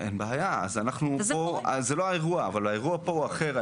אין בעיה אבל זה לא האירוע, האירוע פה הוא אחר.